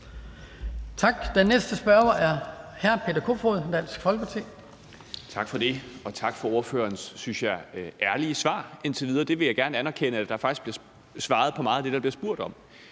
Tak. Den næste spørger er hr. Peter Kofod, Dansk Folkeparti. Kl. 10:23 Peter Kofod (DF): Tak for det, og tak for ordførerens, synes jeg, ærlige svar indtil videre. Jeg vil gerne anerkende, at der faktisk bliver svaret på meget af det, der bliver spurgt om.